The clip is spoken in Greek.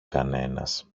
κανένας